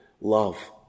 love